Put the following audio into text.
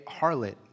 harlot